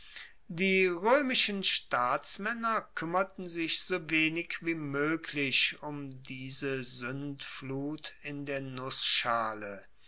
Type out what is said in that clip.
die roemischen staatsmaenner kuemmerten sich so wenig wie moeglich um diese suendflut in der nussschale